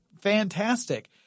fantastic